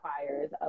requires